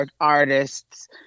artists